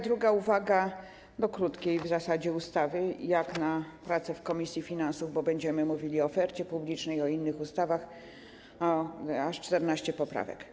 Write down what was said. Druga uwaga do krótkiej w zasadzie ustawy jak na pracę w komisji finansów, bo będziemy mówili o ofercie publicznej, o innych ustawach, dotyczy tego, że jest aż 14 poprawek.